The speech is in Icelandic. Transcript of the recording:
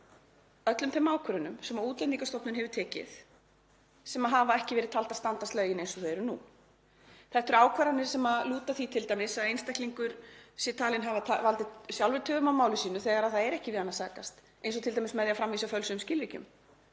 við öllum þeim ákvörðunum sem Útlendingastofnun hefur tekið sem hafa ekki verið taldar standast lögin eins og þau eru nú. Þetta eru ákvarðanir sem lúta t.d. að því að einstaklingur er talinn hafa valdið sjálfur töfum á máli sínu þegar ekki er við hann að sakast, eins og t.d. með því að framvísa fölsuðum skilríkjum.